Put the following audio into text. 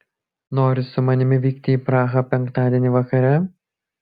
nori su manimi vykti į prahą penktadienį vakare